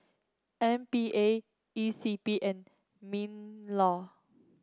M P A E C P and Minlaw